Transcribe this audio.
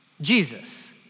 Jesus